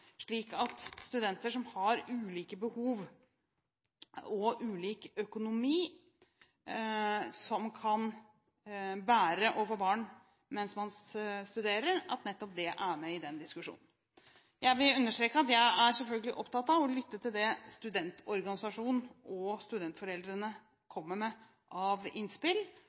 slik at studenter med ulike behov og ulik økonomi kan bære det å få barn mens de studerer. Nettopp dette må være med i diskusjonen. Jeg vil understreke at jeg selvfølgelig er opptatt av å lytte til det studentorganisasjonene og studentforeldrene kommer med av innspill,